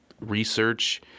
research